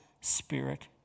spirit